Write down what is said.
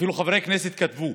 אפילו חברי כנסת כתבו: